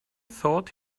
thought